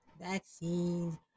Vaccines